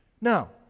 Now